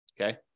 Okay